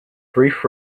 brief